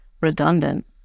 redundant